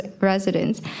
residents